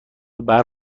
برق